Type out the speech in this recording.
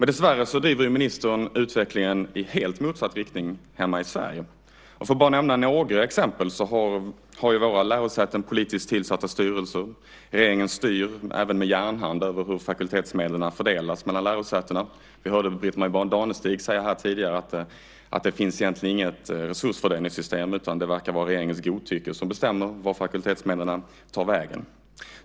Dessvärre driver ministern utvecklingen i helt motsatt riktning hemma i Sverige. För att bara nämna några exempel så har ju våra lärosäten politiskt tillsatta styrelser. Regeringen styr även med järnhand över hur fakultetsmedlen fördelas mellan lärosätena. Vi hörde Britt-Marie Danestig säga tidigare att det egentligen inte finns något resursfördelningssystem. Det verkar vara regeringens godtycke som bestämmer vart fakultetsmedlen tar vägen.